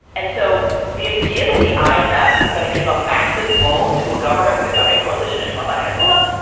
and so the idea that the um imf is going to give a massive loan to a government with a governing coalition is run by hezbollah.